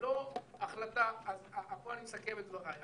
ולא החלטה פה אני סכם את דבריי.